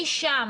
משם